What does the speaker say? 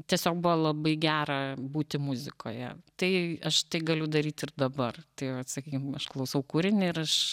tiesiog buvo labai gera būti muzikoje tai aš tai galiu daryt ir dabar tai vat sakykim aš klausau kūrinį ir aš